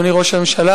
אדוני ראש הממשלה,